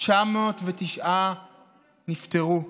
909 נפטרו.